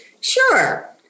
sure